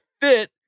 Fit